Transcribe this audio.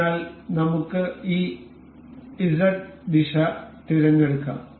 അതിനാൽ നമുക്ക് ഈ Z ദിശ തിരഞ്ഞെടുക്കാം